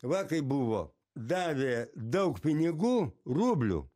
va kaip buvo davė daug pinigų rublių